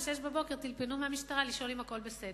ב-06:00 טלפנו מהמשטרה לשאול אם הכול בסדר,